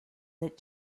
that